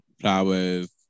flowers